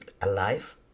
alive